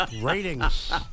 Ratings